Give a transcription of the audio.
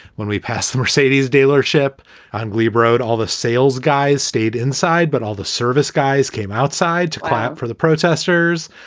when we passed the mercedes dealership on glebe road, all the sales guys stayed inside, but all the service guys came. outside to quiet for the protesters.